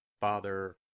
Father